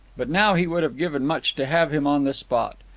but now he would have given much to have him on the spot.